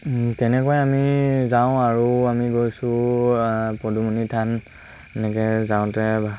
তেনেকৈ আমি যাওঁ আৰু আমি গৈছোঁ পদুমনি থান এনেকৈ যাওঁতে